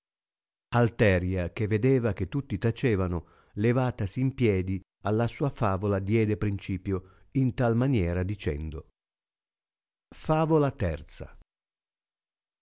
alteria che vedeva che tutti ormai tacevano levatasi in piedi alla sua favola diede principio in tal maniera dicendo favola i